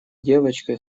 девочкой